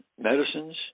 medicines